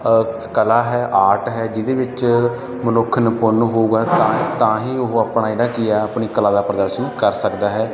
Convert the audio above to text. ਕਲਾ ਹੈ ਆਰਟ ਹੈ ਜਿਹਦੇ ਵਿੱਚ ਮਨੁੱਖ ਨਿਪੁੰਨ ਹੋਊਗਾ ਤਾਂ ਤਾਂ ਹੀ ਉਹ ਆਪਣਾ ਜਿਹੜਾ ਕੀ ਹੈ ਆਪਣੀ ਕਲਾ ਦਾ ਪ੍ਰਦਰਸ਼ਨ ਕਰ ਸਕਦਾ ਹੈ